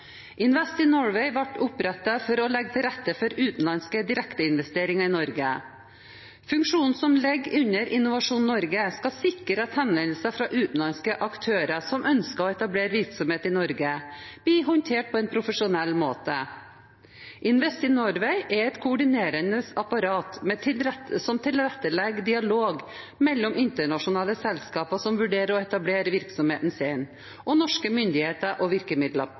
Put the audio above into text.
Invest in Norway ble opprettet for å legge til rette for utenlandske direkteinvesteringer i Norge. Funksjonen som ligger under Innovasjon Norge, skal sikre at henvendelser fra utenlandske aktører som ønsker å etablere virksomhet i Norge, blir håndtert på en profesjonell måte. Invest in Norway er et koordinerende apparat, som tilrettelegger dialog mellom internasjonale selskaper som vurderer å etablere virksomheten sin i Norge, og norske myndigheter og